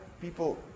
people